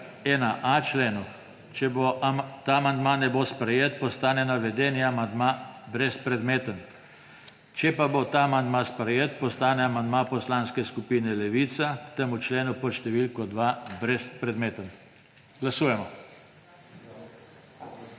k 1. členu. Če ta amandma ne bo sprejet, postane navedeni amandma brezpredmeten. Če pa bo ta amandma sprejet, postane amandma Poslanske skupine Levica k temu členu pod številko 2 brezpredmeten. Glasujemo.